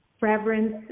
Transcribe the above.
reverence